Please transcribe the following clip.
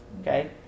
Okay